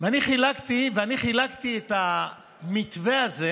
אני חילקתי את המתווה הזה